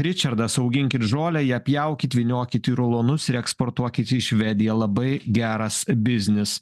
ričardas auginkit žolę ją pjaukit vyniokit į rulonus ir eksportuokit į švediją labai geras biznis